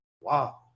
Wow